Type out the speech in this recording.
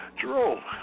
Jerome